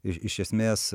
ir iš esmės